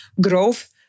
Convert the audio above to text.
growth